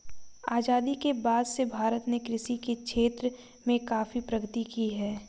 आजादी के बाद से भारत ने कृषि के क्षेत्र में काफी प्रगति की है